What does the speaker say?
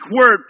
word